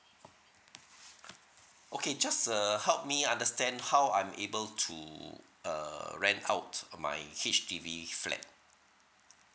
okay just uh help me understand how I'm able to err rent out my H_D_B flat